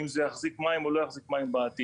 אם זה יחזיק מים או לא יחזיק מים בעתיד.